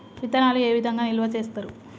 విత్తనాలు ఏ విధంగా నిల్వ చేస్తారు?